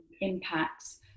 impacts